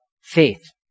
faith